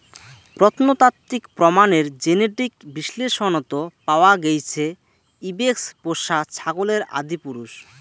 প্রত্নতাত্ত্বিক প্রমাণের জেনেটিক বিশ্লেষনত পাওয়া গেইছে ইবেক্স পোষা ছাগলের আদিপুরুষ